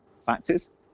factors